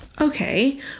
Okay